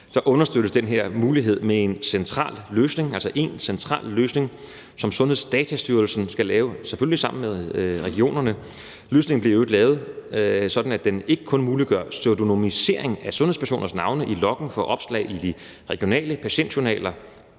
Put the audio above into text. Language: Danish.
understøttes den her mulighed af en central løsning, altså én central løsning, som Sundhedsdatastyrelsen skal lave, selvfølgelig sammen med regionerne. Løsningen bliver i øvrigt lavet sådan, at den ikke kun muliggør pseudonymisering af sundhedspersoners navne i loggen for opslag i de regionale patientjournaler